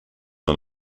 are